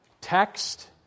Text